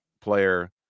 player